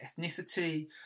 ethnicity